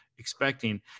expecting